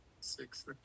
six